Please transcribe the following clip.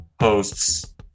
hosts